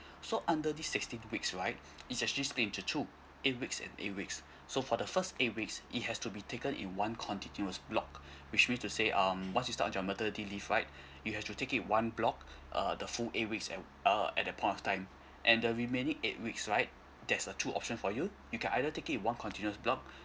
so under this sixteen weeks right it's actually split into two eight weeks and eight weeks so for the first eight weeks it has to be taken in one continuous block which mean to say um once you start your maternity leave right you have to take it one block uh the full eight weeks at uh at that point of time and the remaining eight weeks right there's a two option for you you can either take it one continuous block